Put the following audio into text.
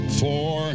four